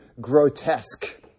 grotesque